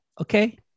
okay